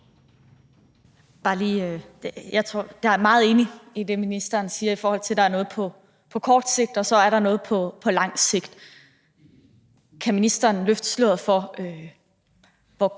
Katrine Robsøe (RV): Jeg er meget enig i det, ministeren siger, i forhold til at der er noget på kort sigt og der er noget på lang sigt. Kan ministeren løfte sløret for, hvis